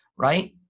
right